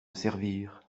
servir